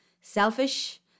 selfish